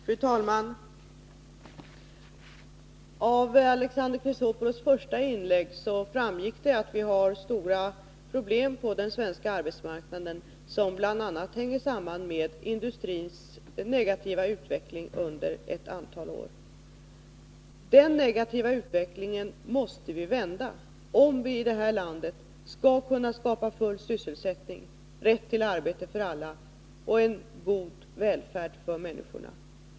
Fru talman! Av Alexander Chrisopoulos första inlägg framgick att vi har stora problem på den svenska arbetsmarknaden som hänger samman med bl.a. industrins negativa utveckling under ett antal år. Den negativa utvecklingen måste vi vända, om vi i det här landet skall kunna skapa full sysselsättning, rätt till arbete för alla och en god välfärd för människorna.